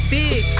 big